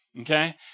okay